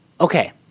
Okay